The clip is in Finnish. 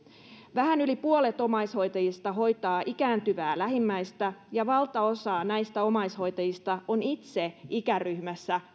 vähän yli puolet omaishoitajista hoitaa ikääntyvää lähimmäistä ja valtaosa näistä omaishoitajista on itse ikäryhmässä